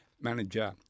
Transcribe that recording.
manager